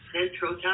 Central